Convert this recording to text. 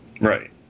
Right